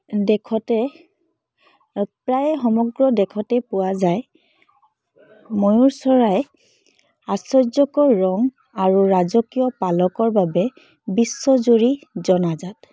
দেশতে প্ৰায় সমগ্ৰ দেশতে পোৱা যায় ময়ুৰ চৰাই আশ্বৰ্য্যকৰ ৰং আৰু ৰাজকীয় পালকৰ বাবে বিশ্বজুৰি জনাজাত